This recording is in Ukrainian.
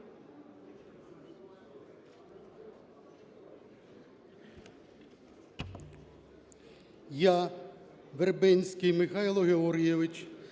Вербенський Михайло Георгійович.